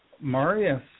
Marius